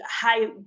high